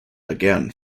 again